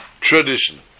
tradition